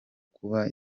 kuba